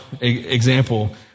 example